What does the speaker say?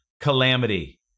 calamity